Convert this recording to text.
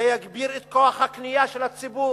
זה יגביר את כוח הקנייה של הציבור,